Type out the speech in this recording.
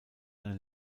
eine